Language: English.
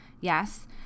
yes